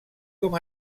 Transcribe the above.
com